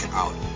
out